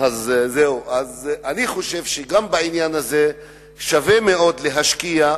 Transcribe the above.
אני חושב שגם בעניין הזה שווה מאוד להשקיע,